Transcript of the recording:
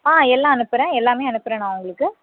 ஆ எல்லாம் அனுப்புகிறேன் எல்லாமே அனுப்புகிறேன் நான் உங்களுக்கு